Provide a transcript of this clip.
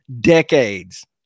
decades